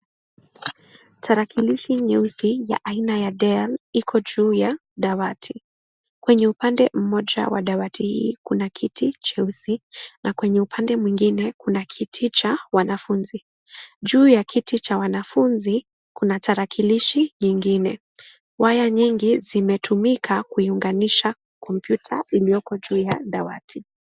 Tarakilishi nyeusi ya aina ya Dell iko juu ya dawati. Kwenye upande mmoja wa dawati hii, kuna kiti cheusi na kwenye upande mwengine kuna kiti cha wanafunzi. Juu ya kiti cha wanafunzi, kuna tarakilishi nyingine. Waya nyingi zimetumika kuiunganisha kompyuta iliyoko juu ya dawati.